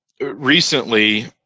Recently